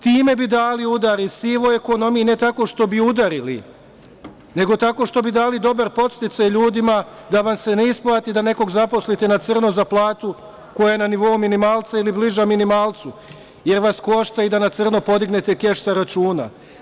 Time bi dali udar i sivoj ekonomiji, ne tako što bi udarili, nego što bi dali dobar podsticaj ljudima da vam se ne isplati da nekog zaposlite na crno za platu koja je na nivou minimalca ili bliža minimalcu, jer vas košta i da na crno podignete keš sa računa.